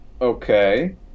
Okay